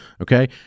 okay